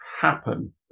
happen